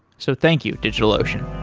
so thank you, digitalocean